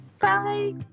bye